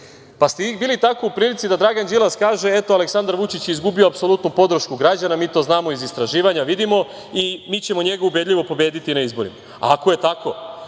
Tako je bio u prilici da Dragan Đilas kaže - eto, Aleksandar Vučić je izgubio apsolutnu podršku građana, mi to znamo iz istraživanja, vidimo i mi ćemo njega ubedljivo pobediti na izborima. Ako je tako,